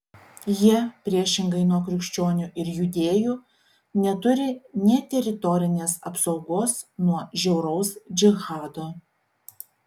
jie priešingai nuo krikščionių ir judėjų neturi nė teritorinės apsaugos nuo žiauraus džihado